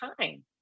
time